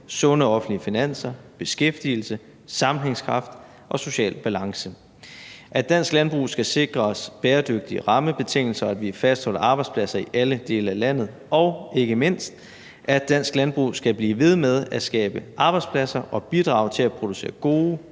sunde offentlige finanser, beskæftigelse, sammenhængskraft og social balance; at dansk landbrug skal sikres bæredygtige rammebetingelser; at vi fastholder arbejdspladser i alle dele af landet; og – ikke mindst – at dansk landbrug skal blive ved med at skabe arbejdspladser og bidrage til at producere gode,